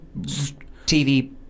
TV